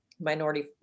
minority